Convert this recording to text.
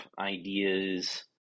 ideas